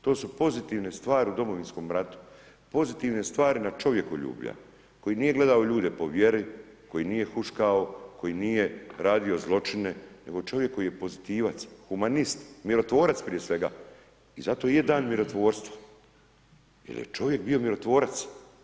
To su pozitivne stvari u domovinskom ratu, pozitivne stvari na čovjekoljuba koji nije gledao ljude po vjeri, koji nije huškao, koji nije radio zločine nego čovjek koji je pozitivac, humanist, mirotvorac prije svega i zato i je dan mirotvorstva jer je čovjek bio mirotvorac.